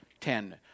ten